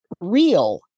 real